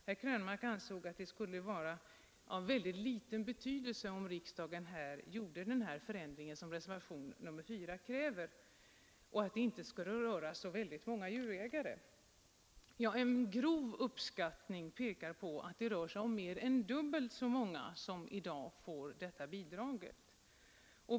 Herr Krönmark ansåg att det skulle vara av väldigt liten betydelse, om riksdagen gjorde den förändring som reservationen 4 kräver och att det inte skulle röra så många djurägare. En grov uppskattning pekar på att det rör sig om mer än dubbelt så många som i dag.